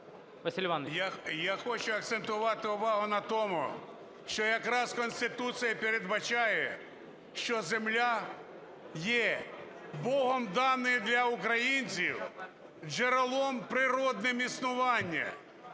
Я хочу акцентувати увагу на тому. що якрах Конституція передбачає, що земля є Богом дана для українців, джерелом природним існування.